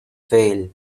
fail